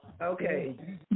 Okay